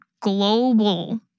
global